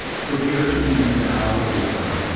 prepare to be bough wow.